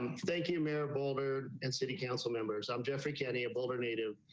thank you, mayor boulder and city council members. i'm jeffrey kenny a boulder native